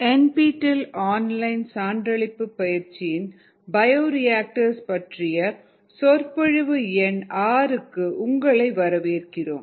N P del online சான்றளிப்பு பயிற்சியின் bioreactors பற்றிய சொற்பொழிவு எண் 6 க்கு உங்களை வரவேற்கிறோம்